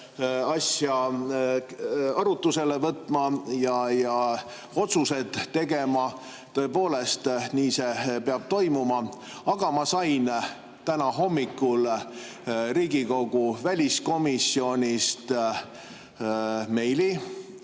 asja arutusele võtma ja otsused tegema. Tõepoolest, nii see peab toimuma. Aga ma sain täna hommikul Riigikogu väliskomisjonist meili